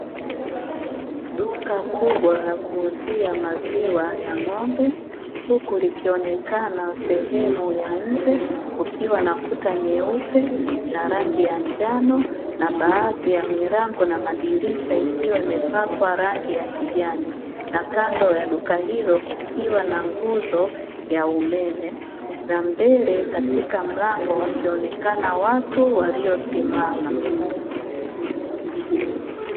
Duka kubwa la kuuzia maziwa ya ng'ombe huku likionekana sehemu ya nje kukiwa na kuta nyeupe na rangi ya njano, na baadhi ya milango na madirisha ikiwa imepakwa rangi ya kijani, na kando ya duka hilo kukiwa na nguzo ya umeme na mbele katika mlango wakionekana watu waliosimama.